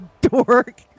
Dork